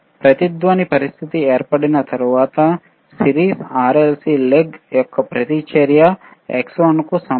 resonant పరిస్థితి ఏర్పడిన తర్వాత సిరీస్ RLC లెగ్ యొక్క ప్రతిచర్య Xl కు సమానం 2XC కి సమానం